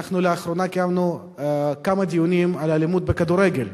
לאחרונה קיימנו כמה דיונים על האלימות בכדורגל.